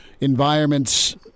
environments